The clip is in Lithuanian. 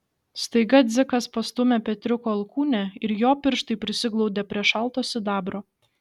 staiga dzikas pastūmė petriuko alkūnę ir jo pirštai prisiglaudė prie šalto sidabro